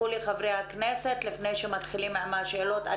לפני שמתחילים עם השאלות,